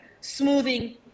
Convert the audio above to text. smoothing